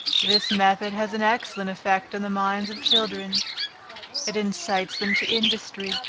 this method has an excellent effect on the minds of children it incites them to industry,